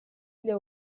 для